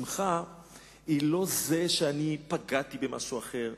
שמחה היא לא שאני פגעתי במשהו אחר,